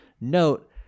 Note